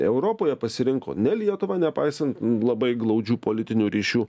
europoje pasirinko ne lietuvą nepaisant labai glaudžių politinių ryšių